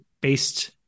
based